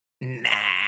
nah